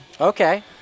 okay